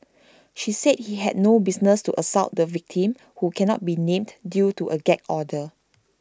she said he had no business to assault the victim who cannot be named due to A gag order